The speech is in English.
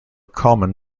common